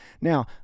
Now